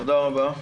תודה רבה.